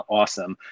awesome